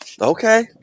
Okay